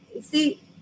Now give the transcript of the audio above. see